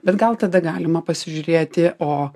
bet gal tada galima pasižiūrėti o